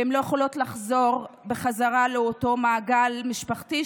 הן לא יכולות לחזור בחזרה לאותו מעגל משפחתי,